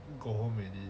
go home already